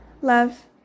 Love